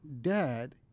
dad